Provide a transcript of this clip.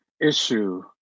issue